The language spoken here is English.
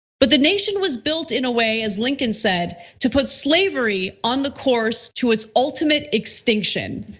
but the nation was built in a way, as lincoln said, to put slavery on the course to its ultimate extinction.